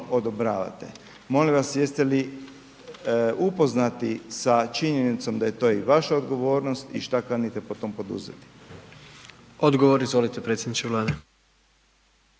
odobravate. Molim vas jeste li upoznati sa činjenicom da je to i vaša odgovornost i šta kanite po tom poduzeti? **Jandroković, Gordan